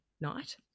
night